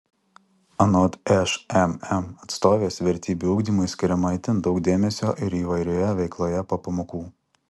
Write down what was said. anot šmm atstovės vertybių ugdymui skiriama itin daug dėmesio ir įvairioje veikloje po pamokų